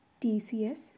TCS